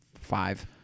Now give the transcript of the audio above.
five